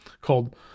called